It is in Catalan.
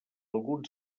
alguns